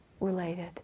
related